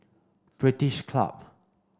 British Club